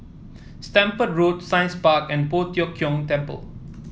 Stamford Road Science Park and Poh Tiong Kiong Temple